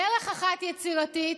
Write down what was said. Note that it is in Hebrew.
דרך אחת יצירתית,